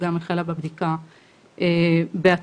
וגם החלה בבדיקה בעצמה.